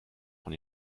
von